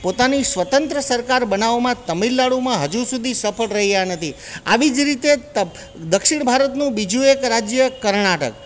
પોતાની સ્વતંત્ર સરકાર બનાવામાં તમિલનાડુમાં હજુ સુધી સફળ રહ્યા નથી આવી જ રીતે ત દક્ષિણ ભારતનું બીજું એક રાજ્ય કર્ણાટક